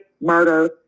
murder